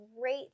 great